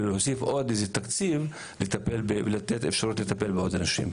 להוסיף עוד איזה תקציב לתת אפשרות לטפל בעוד אנשים.